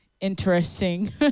interesting